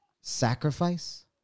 sacrifice